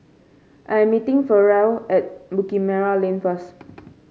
I am meeting Ferrell at Bukit Merah Lane first